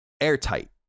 airtight